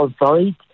avoid